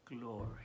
glory